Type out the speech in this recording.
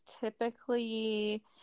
typically